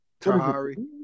Tahari